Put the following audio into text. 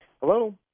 hello